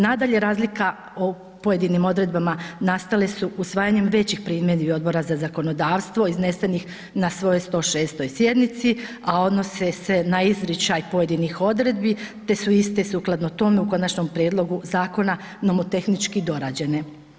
Nadalje, razlika o pojedinim odredbama nastale su usvajanjem većih primjedbi Odbora za zakonodavstvo iznesenih na svojoj 106. sjednici, a odnose se na izričaj pojedinih odredbi te su iste sukladno tome u konačnom prijedlogu zakona nomotehnički dorađene.